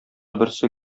берсе